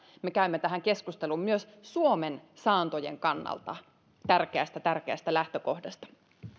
me käymme tähän keskusteluun myös suomen saantojen kannalta tärkeästä tärkeästä lähtökohdasta